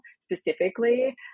specifically